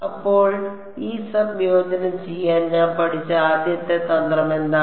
അപ്പോൾ ഈ സംയോജനം ചെയ്യാൻ ഞാൻ പഠിച്ച ആദ്യത്തെ തന്ത്രം എന്താണ്